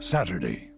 Saturday